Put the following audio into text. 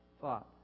thought